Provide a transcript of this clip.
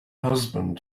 husband